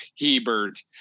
Hebert